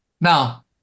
Now